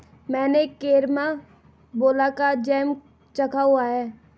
मैंने कैरमबोला का जैम चखा हुआ है